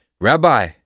Rabbi